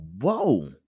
Whoa